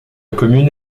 commune